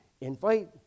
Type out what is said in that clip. invite